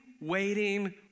waiting